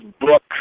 book